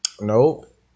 Nope